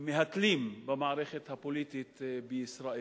הם מהתלים במערכת הפוליטית בישראל.